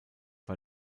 war